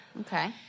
Okay